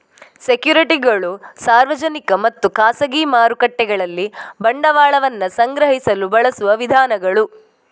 ಸೆಕ್ಯುರಿಟಿಗಳು ಸಾರ್ವಜನಿಕ ಮತ್ತು ಖಾಸಗಿ ಮಾರುಕಟ್ಟೆಗಳಲ್ಲಿ ಬಂಡವಾಳವನ್ನ ಸಂಗ್ರಹಿಸಲು ಬಳಸುವ ವಿಧಾನಗಳು